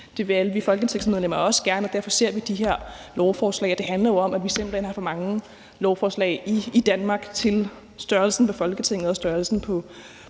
Det vil alle vi folketingsmedlemmer også gerne, og derfor ser vi de her lovforslag. Det handler jo om, at vi simpelt hen har for mange lovforslag i Danmark til størrelsen af Folketinget og det antal